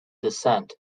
descent